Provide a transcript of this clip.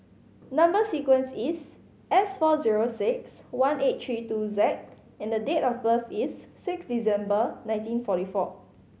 number sequence is S four zero six one eight three two Z and date of birth is six December nineteen forty four